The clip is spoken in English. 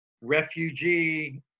refugee